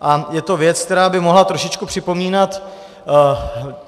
A je to věc, která by mohla trošičku připomínat